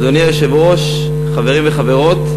אדוני היושב-ראש, חברים וחברות,